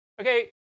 Okay